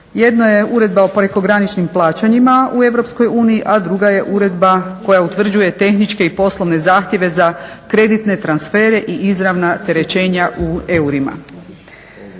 Jedna je uredba o prekograničnim plaćanjima u EU, a druga je uredba koja utvrđuje tehničke i poslovne zahtjeve za kreditne transfere i izravna terećenja u eurima.